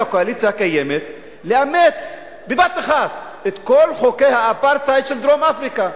לקואליציה הקיימת לאמץ בבת-אחת את כל חוקי האפרטהייד של דרום-אפריקה.